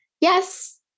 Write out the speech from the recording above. yes